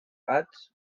gats